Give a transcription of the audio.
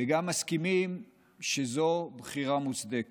וגם מסכימים שזו בחירה מוצדקת.